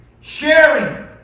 sharing